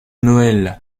noël